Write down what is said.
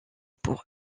pour